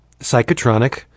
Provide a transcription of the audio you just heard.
psychotronic